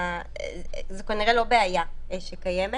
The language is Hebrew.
זה כנראה לא בעיה שקיימת.